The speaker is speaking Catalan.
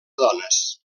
dones